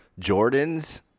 Jordans